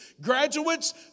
Graduates